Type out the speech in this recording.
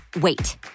wait